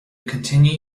continue